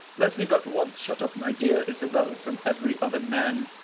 let me but once shut up my dear isabel from every other man,